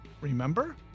remember